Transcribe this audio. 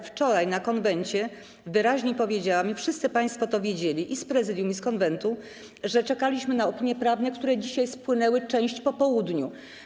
Wczoraj na posiedzeniu Konwentu wyraźnie powiedziałam - i wszyscy państwo to wiedzieli, i z Prezydium, i z Konwentu - że czekaliśmy na opinie prawne, które dzisiaj spłynęły, część po południu.